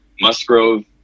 Musgrove